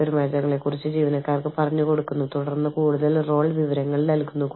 അതിനാൽ നിങ്ങളുടെ യഥാർത്ഥ വിവരങ്ങൾ ഒരു രാജ്യത്തും ബാക്കപ്പ് വിവരങ്ങൾ മറ്റൊരു രാജ്യത്തും ആണ്